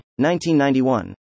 1991